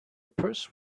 purse